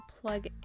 plug